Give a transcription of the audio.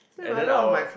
and then I'll work